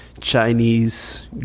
Chinese